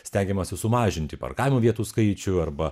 stengiamasi sumažinti parkavimo vietų skaičių arba